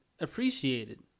appreciated